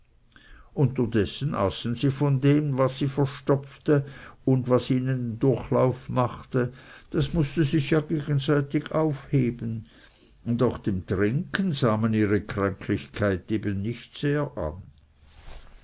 unterdessen aßen sie von dem was sie verstopfte und was ihnen durchlauf machte das mußte sich ja gegenseitig aufheben und auch dem trinken sah man ihre kränklichkeit eben nicht sehr an